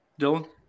Dylan